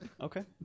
okay